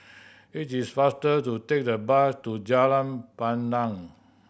it is faster to take the bus to Jalan Pandan